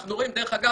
דרך אגב,